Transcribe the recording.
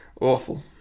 Awful